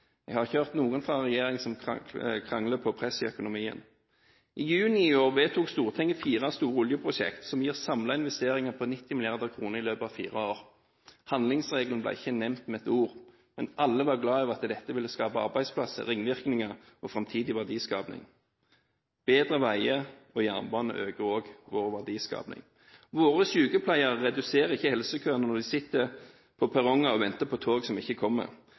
Jeg har ikke hørt noen fra regjeringen som krangler om press i økonomien. I juni i år vedtok Stortinget fire store oljeprosjekt, som samlet gir investeringer på 90 mrd. kr i løpet av fire år. Handlingsregelen ble ikke nevnt med et ord. Men alle var glad for at dette vil skape arbeidsplasser, ringvirkninger og framtidig verdiskaping. Bedre veier og jernbane øker også vår verdiskaping. Våre sykepleiere reduserer ikke helsekøene når de sitter på perronger og venter på tog som ikke kommer.